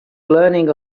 learning